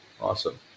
Awesome